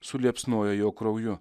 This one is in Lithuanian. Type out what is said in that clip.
suliepsnojo jo krauju